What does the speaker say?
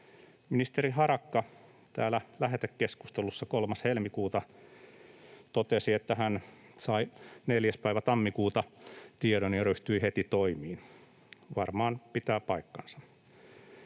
Ministeri Harakka täällä lähetekeskustelussa 3. helmikuuta totesi, että hän sai 4. päivä tammikuuta tiedon ja ryhtyi heti toimiin — varmaan pitää paikkansa.